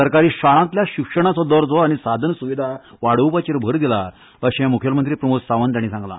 सरकारी शाळातल्या शिक्षणाचो दर्जो आनी साधन सूविदा वाडोवपाचेर भर दिला अशें मुखेलमंत्री प्रमोद सावंत हांणी सांगला